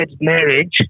marriage